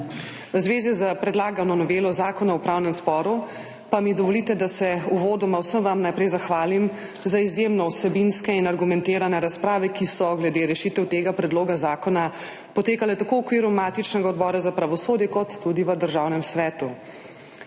V zvezi s predlagano novelo Zakona o upravnem sporu pa mi dovolite, da se uvodoma vsem vam najprej zahvalim za izjemno vsebinske in argumentirane razprave, ki so glede rešitev tega predloga zakona potekale tako v okviru matičnega Odbora za pravosodje kot tudi v Državnem svetu.